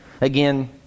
Again